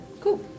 Cool